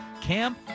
Cam